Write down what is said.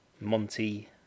Monty